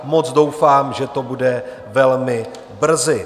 Moc doufám, že to bude velmi brzy.